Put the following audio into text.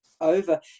over